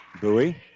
Bowie